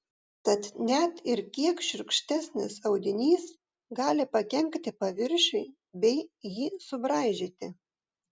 tad net ir kiek šiurkštesnis audinys gali pakenkti paviršiui bei jį subraižyti